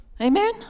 Amen